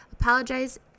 Apologize